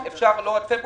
לא.